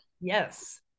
Yes